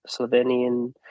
Slovenian